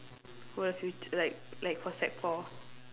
for your fut~ like like for sec four